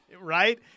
right